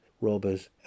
robbers